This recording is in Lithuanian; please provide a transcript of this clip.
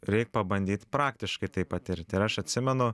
reik pabandyt praktiškai tai patirti ir aš atsimenu